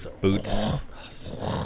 boots